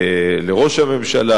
לראש הממשלה,